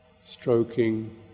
stroking